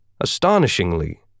Astonishingly